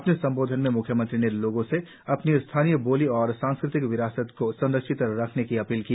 अपने संबोधन में म्ख्यमंत्री ने लोगों से अपनी स्थानीय बोली और सांस्कृतिक विरासत को संरक्षित रखने की अपील की